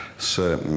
se